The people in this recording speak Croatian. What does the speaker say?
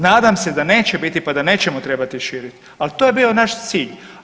Nadam se da neće biti pa da nećemo trebati širiti, ali to je bio naš cilj.